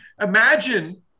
Imagine